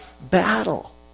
battle